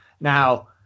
now